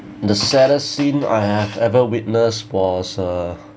the saddest scene I have ever witnessed was uh